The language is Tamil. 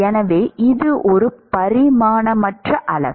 எனவே இது ஒரு பரிமாணமற்ற அளவு